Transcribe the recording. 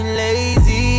lazy